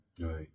Right